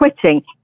quitting